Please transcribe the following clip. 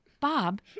Bob